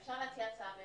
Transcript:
אפשר להציע הצעה?